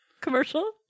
commercial